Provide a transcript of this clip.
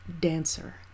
dancer